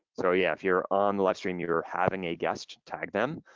so yeah, if you're on the live stream you're having a guest tag them.